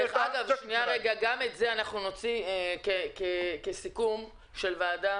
גם את זה נוציא כסיכום של הוועדה.